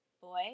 boy